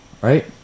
Right